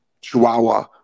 chihuahua